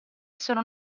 sono